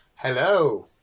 Hello